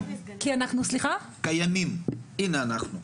הנה אנחנו.